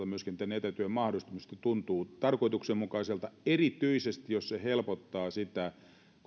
myöskin työttömyyskassojen osalta etätyön mahdollistumisesta tuntuu tarkoituksenmukaiselta erityisesti jos se helpottaa sitä kun